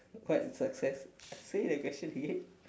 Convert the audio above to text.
what success say the question again